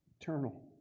Eternal